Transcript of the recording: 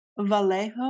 Vallejo